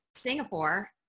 Singapore